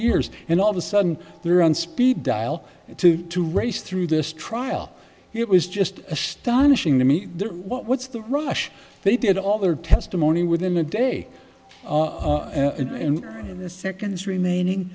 years and all of a sudden they're on speed dial to to race through this trial it was just astonishing to me what's the rush they did all their testimony within a day and in the seconds remaining